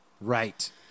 Right